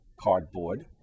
cardboard